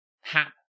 hap